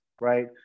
right